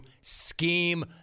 scheme